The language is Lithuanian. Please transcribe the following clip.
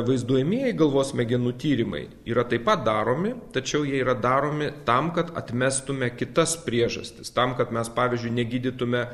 vaizduojamieji galvos smegenų tyrimai yra taip pat daromi tačiau jie yra daromi tam kad atmestume kitas priežastis tam kad mes pavyzdžiui negydytume